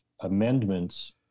amendments